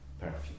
perfume